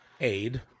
aid